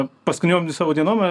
paskutiniom savo dienom